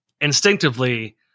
instinctively